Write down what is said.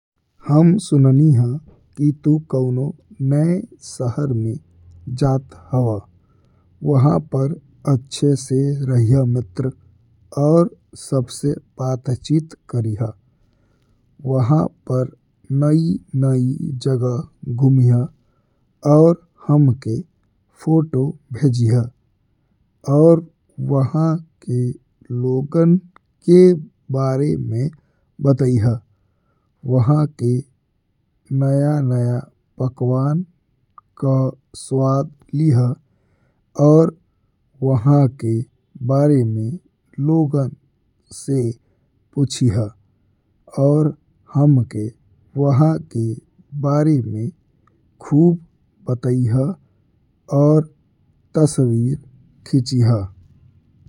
हम सुनी हा कि तू कउनो नये शहर में जाता हवा वहाँ पर अच्छे से रहिया मित्र और सबसे बातचीत करिया। वँहा पर नयी-नयी जगह घुमिया और हमके फोटो भेजिया। और वँहा के लोगन के बारे में बताइया, वँहा का नया-नया पकवान का स्वाद लिहा। और वँहा के बारे में लोगन से पूछिया और हमके वँहा के बारे में खूब बतिया और खूब तस्वीर खींचिया।